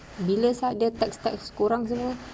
bila dia text text korang semua